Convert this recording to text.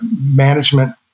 management